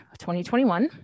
2021